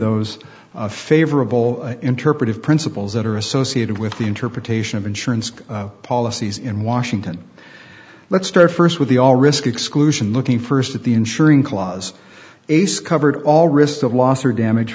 those favorable interpretive principles that are associated with the interpretation of insurance policies in washington let's start first with the all risk exclusion looking first at the insuring clause ace covered all risk of loss or damage